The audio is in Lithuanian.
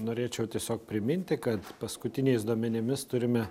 norėčiau tiesiog priminti kad paskutiniais duomenimis turime